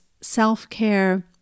self-care